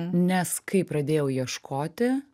nes kai pradėjau ieškoti